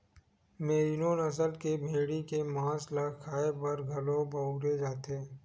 मेरिनों नसल के भेड़ी के मांस ल खाए बर घलो बउरे जाथे